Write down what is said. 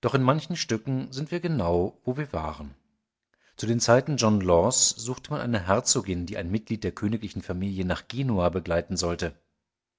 doch in manchen stücken sind wir genau wo wir waren zu den zeiten john laws suchte man eine herzogin die ein mitglied der königlichen familie nach genua begleiten sollte